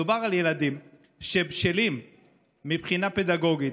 מדובר על ילדים שבשלים מבחינה פדגוגית,